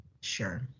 Sure